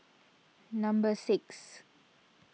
number six